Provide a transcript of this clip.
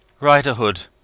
Riderhood